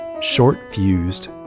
short-fused